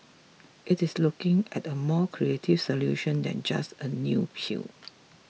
it is looking at a more creative solution than just a new pill